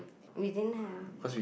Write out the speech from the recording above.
we didn't have